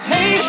Hey